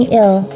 ill